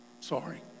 Sorry